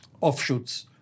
offshoots